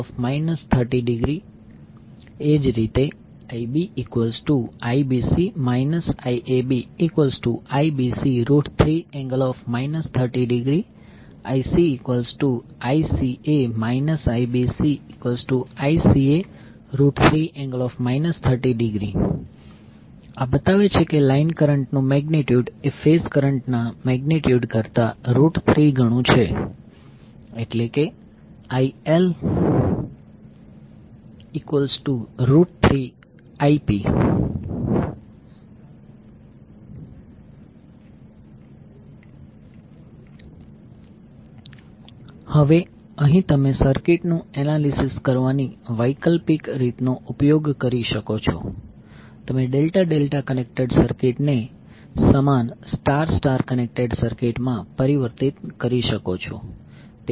866IAB3∠ 30° એ જ રીતે IbIBC IABIBC3∠ 30° IcICA IBCICA3∠ 30° આ બતાવે છે કે લાઈન કરંટ નું મેગ્નિટ્યુડ એ ફેઝ કરંટના મેગ્નિટ્યુડ કરતાં 3 ગણું છે એટલે કે IL3Ip હવે અહીં તમે સર્કિટનું એનાલિસિસ કરવાની વૈકલ્પિક રીતનો ઉપયોગ કરી શકો છો તમે ડેલ્ટા ડેલ્ટા કનેક્ટેડ સર્કિટને સમાન સ્ટાર સ્ટાર કનેક્ટેડ સર્કિટમાં પરિવર્તિત કરી શકો છો